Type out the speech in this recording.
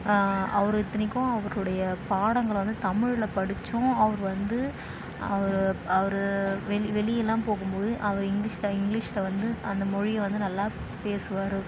அவர் இத்தனைக்கும் அவருடைய பாடங்களை வந்து தமிழ்ல படித்தும் அவர் வந்து அவர் அவர் வெளி வெளியேலாம் போகும்போது அவர் இங்கிலீஷ்ல இங்கிலீஷ்ல வந்து அந்த மொழியை வந்து நல்லா பேசுவார்